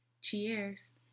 Cheers